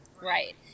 Right